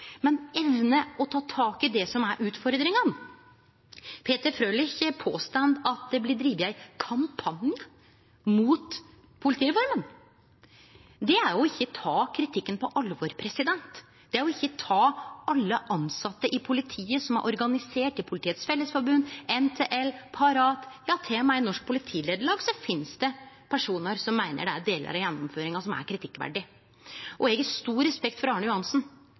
å ta tak i det som er utfordringane. Representanten Peter Frølich påstår at det blir drive ein kampanje mot politireforma. Det er å ikkje ta kritikken og alle dei tilsette i politiet som er organiserte i Politiets Fellesforbund, NTL og Parat, på alvor Ja, til og med i Norges Politilederlag finst det personar som meiner det er delar av gjennomføringa som er kritikkverdig. Eg har stor respekt for Arne